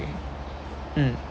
mm